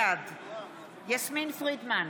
בעד יסמין פרידמן,